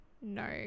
no